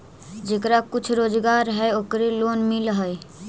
जेकरा कुछ रोजगार है ओकरे लोन मिल है?